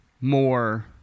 more